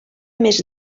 més